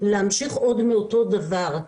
להמשיך עוד מאותו דבר.